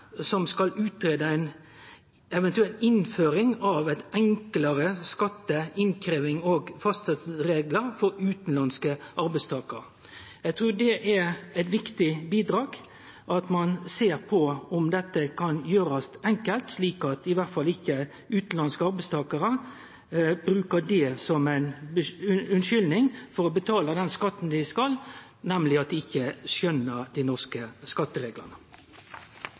som skal greie ut ei eventuell innføring av enklare skatte-, innkrevjings- og fastsetjingsreglar for utanlandske arbeidstakarar. Eg trur det er eit viktig bidrag at ein ser på om dette kan gjerast enkelt, slik at utanlandske arbeidstakarar i alle fall ikkje bruker som ei unnskyldning når det gjeld å betale den skatten dei skal, at dei ikkje skjøner dei norske skattereglane.